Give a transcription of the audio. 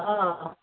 অ'